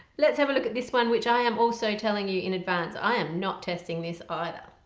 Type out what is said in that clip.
let's have a look at this one which i am also telling you in advance i am not testing this either.